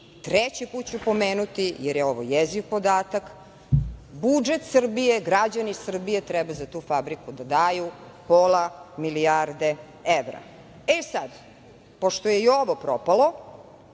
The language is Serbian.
treći put ću pomenuti, jer je ovo jeziv podatak, budžet Srbije, građani Srbije treba za tu fabriku da daju pola milijarde evra.E sad, pošto je i ovo propalo,